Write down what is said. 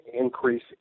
increase